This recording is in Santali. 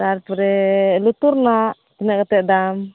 ᱛᱟᱨᱯᱚᱨᱮ ᱞᱩᱛᱩᱨ ᱨᱮᱱᱟᱜᱼᱟ ᱛᱤᱱᱟᱹᱜ ᱠᱟᱛᱮ ᱫᱟᱢ